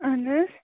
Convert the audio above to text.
اَہَن حظ